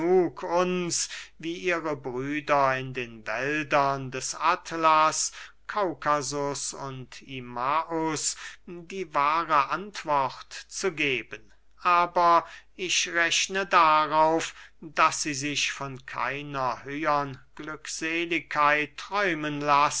uns wie ihre brüder in den wäldern des atlas kaukasus und imaus die wahre antwort zu geben aber rechne darauf daß sie sich von keiner höhern glückseligkeit träumen